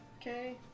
Okay